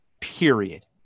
Period